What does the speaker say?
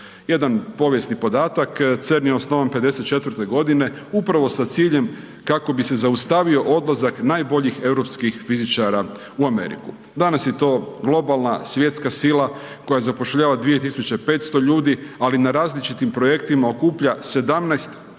Jedan povijesni podatak, CERN je osnovan '54. g. upravo sa ciljem kako bi se zaustavo odlazak najboljih europskih fizičara u Ameriku. Danas je to globalna, svjetska sila koja zapošljava 2500 ljudi ali na različitim projektima okuplja 17000